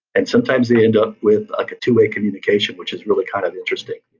and sometimes they end up with a two-way communication, which is really kind of interesting.